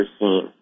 seen